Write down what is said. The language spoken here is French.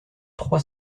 trois